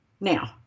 Now